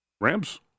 Rams –